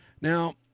Now